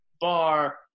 bar